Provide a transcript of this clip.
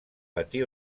patí